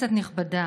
כנסת נכבדה,